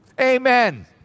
amen